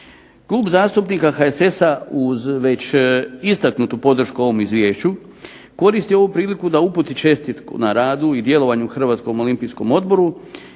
Klub zastupnika HSS-a uz već istaknutu podršku ovom Izvješću koristi priliku da uputi čestitku na radu i djelovanju Hrvatskom olimpijskom odboru